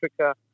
Africa